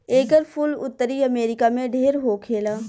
एकर फूल उत्तरी अमेरिका में ढेर होखेला